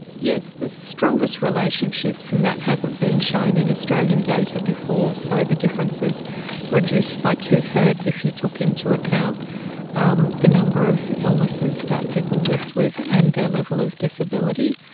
yes, the strongest relationships, and that hasn't been shown in australian data before, so the difference is reduced by two-thirds if you took into account um the number of illnesses that people lived with and their level of disability,